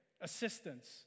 assistance